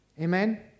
Amen